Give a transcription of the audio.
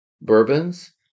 bourbons